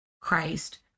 Christ